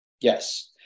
yes